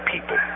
people